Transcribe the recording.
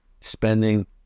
spending